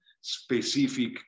specific